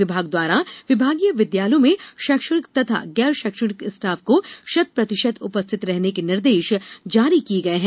विभाग द्वारा विभागीय विद्यालयों में शैक्षणिक तथा गैर शैक्षणिक स्टाफ को शत प्रतिशत उपस्थित रहने के निर्देश जारी किये गये हैं